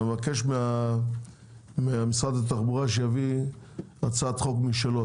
אבקש ממשרד התחבורה שיביא הצעת חוק משלו,